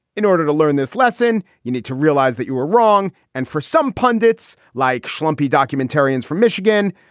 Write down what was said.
in order to learn this lesson, you need to realize that you were wrong. and for some pundits like schlumpy documentarians from michigan.